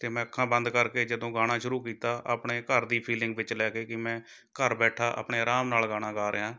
ਅਤੇ ਮੈਂ ਅੱਖਾਂ ਬੰਦ ਕਰਕੇ ਜਦੋਂ ਗਾਉਣਾ ਸ਼ੁਰੂ ਕੀਤਾ ਆਪਣੇ ਘਰ ਦੀ ਫੀਲਿੰਗ ਵਿੱਚ ਲੈ ਕੇ ਕਿ ਮੈਂ ਘਰ ਬੈਠਾ ਆਪਣੇ ਅਰਾਮ ਨਾਲ ਗਾਣਾ ਗਾ ਰਿਹਾ